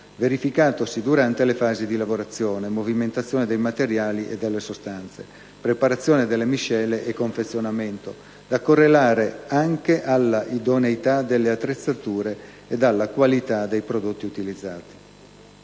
verificatosi durante le fasi di lavorazione, movimentazione dei materiali e delle sostanze, preparazione delle miscele e confezionamento, da correlare anche alla idoneità delle attrezzature ed alla qualità dei prodotti utilizzati».